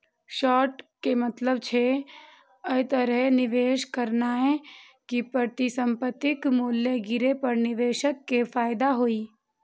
short के मतलब छै, अय तरहे निवेश करनाय कि परिसंपत्तिक मूल्य गिरे पर निवेशक कें फायदा होइ